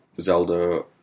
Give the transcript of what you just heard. Zelda